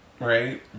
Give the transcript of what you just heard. Right